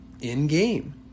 in-game